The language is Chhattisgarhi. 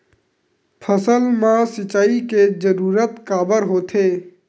फसल मा सिंचाई के जरूरत काबर होथे?